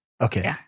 Okay